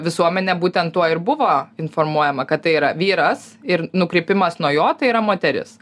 visuomenė būtent tuo ir buvo informuojama kad tai yra vyras ir nukrypimas nuo jo tai yra moteris